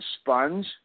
sponge